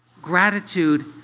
Gratitude